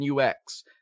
UX